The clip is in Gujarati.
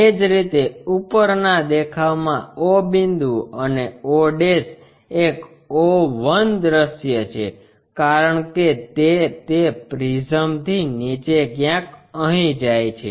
એ જ રીતે ઉપરના દેખાવમાં o બિંદુ અને o એક o1 અદ્રશ્ય છે કારણ કે તે તે પ્રિસ્મથી નીચે ક્યાંક અહીં જાય છે